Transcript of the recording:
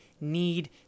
need